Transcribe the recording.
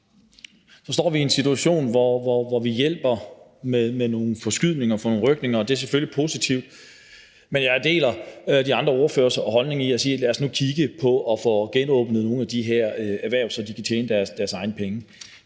står vi i en situation, hvor vi hjælper med nogle forskydninger og rykninger, og det er selvfølgelig positivt, men jeg deler de andre ordføreres holdning: Lad os nu kigge på at få genåbnet nogle af de her erhverv, så de kan tjene deres egne penge.